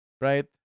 right